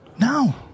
no